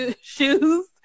shoes